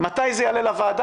מתי זה יעלה לוועדה?